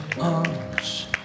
arms